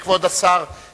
תודה רבה לכבוד השר הרצוג.